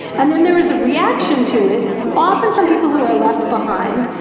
and then there is a reaction to it often from people who are left behind.